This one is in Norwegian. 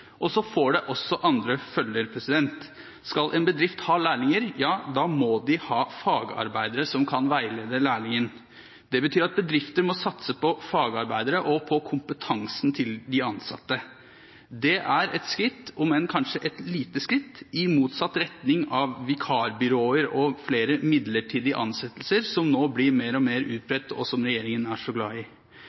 ungdommen. Så får det også andre følger. Skal bedrifter ha lærlinger, må de ha fagarbeidere som kan veilede lærlingen. Det betyr at bedrifter må satse på fagarbeidere og kompetansen til de ansatte. Det er et skritt – om enn kanskje et lite skritt – i motsatt retning av vikarbyråer og flere midlertidige ansettelser, som nå blir mer og mer utbredt, og som regjeringen er så glad i.